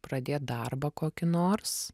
pradėt darbą kokį nors